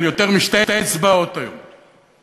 על יותר משתי אצבעות היום,